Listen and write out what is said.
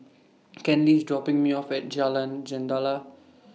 Kenley IS dropping Me off At Jalan Jendela